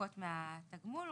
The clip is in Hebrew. לנכות מהתגמול,